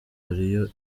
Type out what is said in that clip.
hariyo